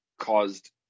caused